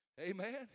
Amen